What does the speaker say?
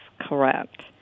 correct